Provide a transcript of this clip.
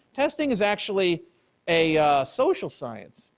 testing is actually a social science,